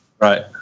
Right